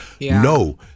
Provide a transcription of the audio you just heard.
No